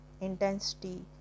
intensity